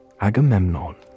Agamemnon